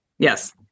Yes